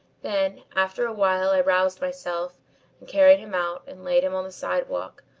then after a while i roused myself and carried him out and laid him on the sidewalk,